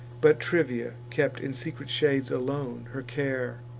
but trivia kept in secret shades alone her care,